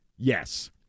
yes